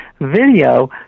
video